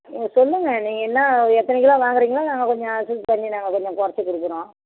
நீங்கள் சொல்லுங்கள் நீங்கள் என்ன ஒரு எத்தனி கிலோ வாங்குறிங்களோ நாங்க கொஞ்சம் அட்ஜஸ்ட் பண்ணி நாங்கள் கொஞ்சம் குறச்சி கொடுக்குறோம்